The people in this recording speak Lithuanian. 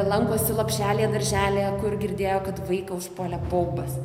lankosi lopšelyje darželyje kur girdėjo kad vaiką užpuolė baubas